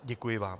Děkuji vám.